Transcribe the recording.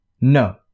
No